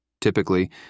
Typically